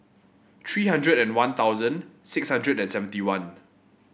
tree hundred and One Thousand six hundred and seventy one